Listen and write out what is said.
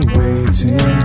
waiting